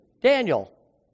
Daniel